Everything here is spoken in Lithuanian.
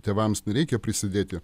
tėvams nereikia prisidėti